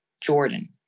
Jordan